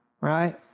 right